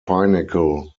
pinnacle